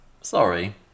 sorry